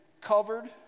covered